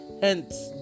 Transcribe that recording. Hence